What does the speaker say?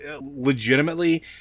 Legitimately